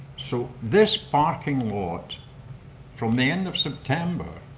so this parking lot from the end of september